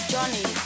Johnny